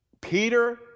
Peter